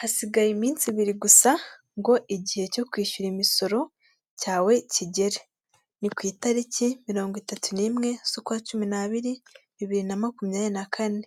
Hasigaye iminsi ibiri gusa, ngo igihe cyo kwishyura imisoro cyawe kigere. Ni ku itariki mirongo itatu n'imwe z'ukwa cumi n'abiri bibiri na makumyabiri na kane.